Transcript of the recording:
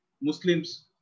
Muslims